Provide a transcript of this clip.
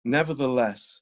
Nevertheless